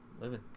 living